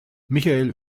michael